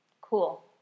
Cool